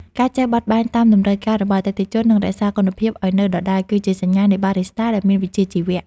ការចេះបត់បែនតាមតម្រូវការរបស់អតិថិជន និងរក្សាគុណភាពឱ្យនៅដដែល គឺជាសញ្ញានៃបារីស្តាដែលមានវិជ្ជាជីវៈ។